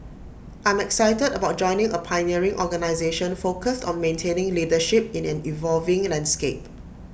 I'm excited about joining A pioneering organisation focused on maintaining leadership in an evolving landscape